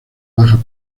bajas